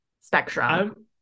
spectrum